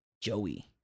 Joey